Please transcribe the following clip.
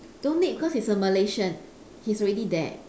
don't need cause he's a malaysian he's already there